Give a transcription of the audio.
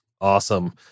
Awesome